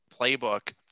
playbook